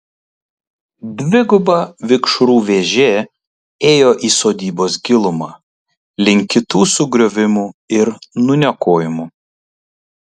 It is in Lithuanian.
dviguba vikšrų vėžė ėjo į sodybos gilumą link kitų sugriovimų ir nuniokojimų